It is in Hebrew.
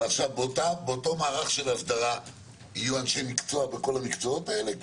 אבל עכשיו באותו מהלך של הסדרה יהיו אנשי מקצוע בכל המקצועות האלה?